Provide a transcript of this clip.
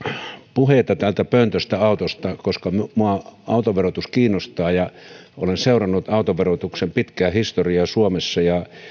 puheita täältä pöntöstä autoista koska minua autoverotus kiinnostaa ja olen seurannut autoverotuksen pitkää historiaa suomessa ja